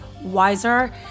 wiser